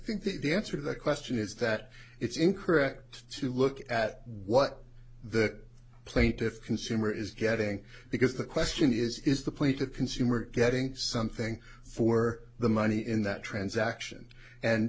think that the answer to that question is that it's incorrect to look at what the plaintiffs consumer is getting because the question is is the point the consumer getting something for the money in that transaction and